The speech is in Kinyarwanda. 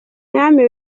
mwami